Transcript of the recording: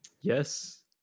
yes